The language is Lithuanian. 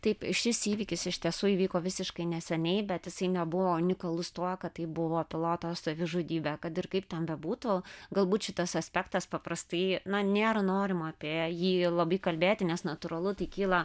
taip šis įvykis iš tiesų įvyko visiškai neseniai bet jisai nebuvo unikalus tuo kad tai buvo piloto savižudybė kad ir kaip ten bebūtų galbūt šitas aspektas paprastai na nėra norima apie jį labai kalbėti nes natūralu tai kyla